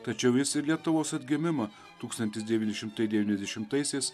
tačiau jis ir lietuvos atgimimą tūkstantis devyni šimtai devyniasdešimtaisiais